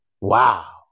Wow